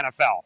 NFL